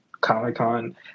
Comic-Con